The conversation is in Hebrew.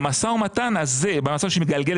במשא ומתן הזה, במצב שמגלם